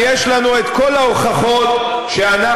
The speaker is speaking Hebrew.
כי יש לנו כל ההוכחות שאנחנו,